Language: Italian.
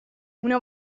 una